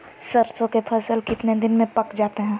सरसों के फसल कितने दिन में पक जाते है?